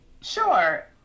Sure